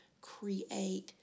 create